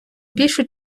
більшу